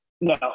No